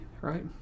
right